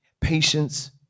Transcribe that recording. patience